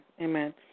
Amen